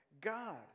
God